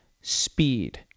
speed